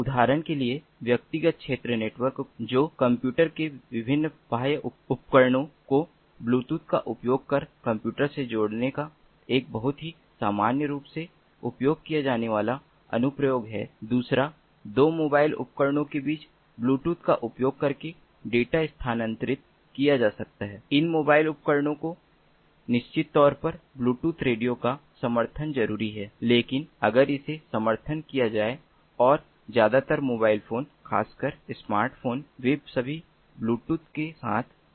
उदाहरण के लिए व्यक्तिगत क्षेत्र नेटवर्क जो कंप्यूटर के विभिन्न बाह्य उपकरणों को ब्लूटूथ का उपयोग कर कम्प्यूटर से जोड़ने का एक बहुत ही सामान्य रूप से उपयोग किया जाने वाला अनुप्रयोग है दूसरा 2 मोबाइल उपकरणों के बीच ब्लूटूथ का उपयोग करके डेटा स्थानान्तरित किया जा सकता है इन मोबाइल उपकरणों को निश्चित तौर पर ब्लूटूथ रेडियो का समर्थन ज़रूरी है लेकिन अगर इसे समर्थन किया जाए और अब ज़्यादातर मोबाइल फ़ोन ख़ासकर स्मार्टफ़ोन वे सभी ब्लूटूथ के साथ सक्षम है